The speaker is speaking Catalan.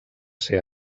ser